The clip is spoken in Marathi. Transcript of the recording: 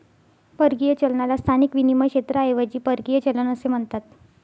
परकीय चलनाला स्थानिक विनिमय क्षेत्राऐवजी परकीय चलन असे म्हणतात